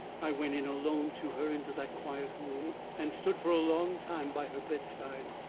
i went in alone to her, into that quiet room, and stood for a long time by her bedside.